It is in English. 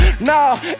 Nah